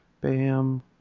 bam